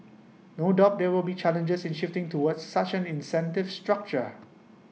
no doubt there will be challenges in shifting towards such an incentive structure